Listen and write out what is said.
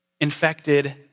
infected